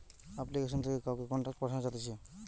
application থেকে কাউকে contact পাঠানো যাতিছে